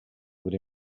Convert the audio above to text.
would